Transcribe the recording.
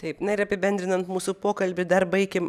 taip na ir apibendrinant mūsų pokalbį dar baikim